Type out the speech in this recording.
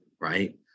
Right